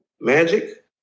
Magic